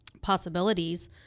possibilities